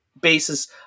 Basis